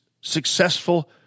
successful